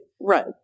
right